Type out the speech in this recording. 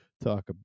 talk